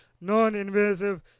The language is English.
non-invasive